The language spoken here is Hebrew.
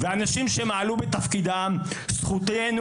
אנשים שמעלו בתפקידם זכותנו,